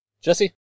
Jesse